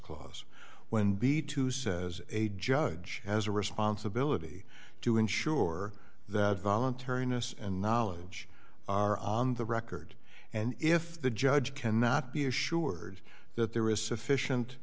clause when be to says a judge has a responsibility to ensure that voluntariness and knowledge are on the record and if the judge cannot be assured that there is sufficient